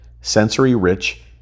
sensory-rich